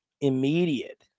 Immediate